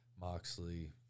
Moxley